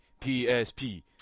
PSP